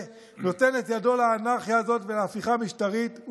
נותן את ידו לאנרכיה הזאת ולהפיכה המשטרית.